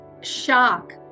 shock